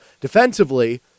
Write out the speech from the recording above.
Defensively